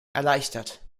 erleichtert